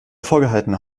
vorgehaltener